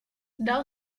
dal